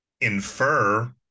infer